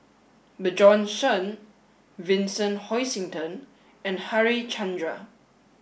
Bjorn Shen Vincent Hoisington and Harichandra